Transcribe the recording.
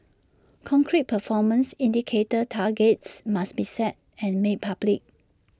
concrete performance indicator targets must be set and made public